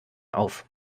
auf